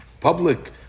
public